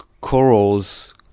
corals